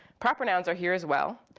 proper nouns are here as well.